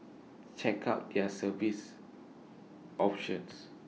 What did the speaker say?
check out their service options